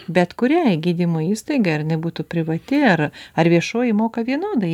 bet kuriai gydymo įstaigai ar jinai būtų privati ar ar viešoji moka vienodai